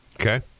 Okay